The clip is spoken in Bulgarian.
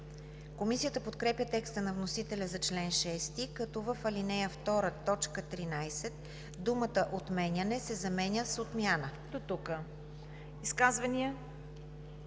Комисията подкрепя текста на вносителя за чл. 6, като в ал. 2, т. 13 думата „отменяне“ се заменя с „отмяна“.